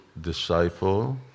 disciple